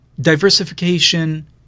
Diversification